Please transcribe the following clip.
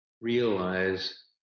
realize